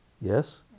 Yes